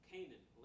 Canaan